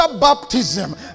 baptism